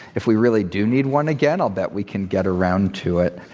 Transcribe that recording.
if we really do need one again, i'll bet we can get around to it.